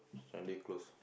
this time they close